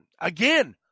again